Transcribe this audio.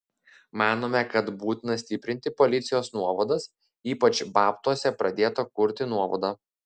manome kad būtina stiprinti policijos nuovadas ypač babtuose pradėtą kurti nuovadą